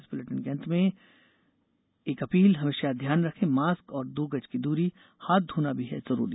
इस बुलेटिन के अंत में एक अपील हमेशा ध्यान रखें मास्क और दो गज की दूरी हाथ धोना भी है जरूरी